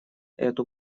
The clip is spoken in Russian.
эту